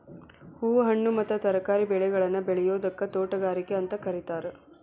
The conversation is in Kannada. ಹೂ, ಹಣ್ಣು ಮತ್ತ ತರಕಾರಿ ಬೆಳೆಗಳನ್ನ ಬೆಳಿಯೋದಕ್ಕ ತೋಟಗಾರಿಕೆ ಅಂತ ಕರೇತಾರ